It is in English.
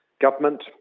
government